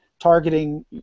Targeting